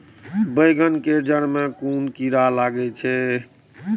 बेंगन के जेड़ में कुन कीरा लागे छै?